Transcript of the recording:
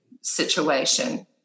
situation